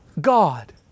God